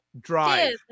Drive